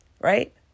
right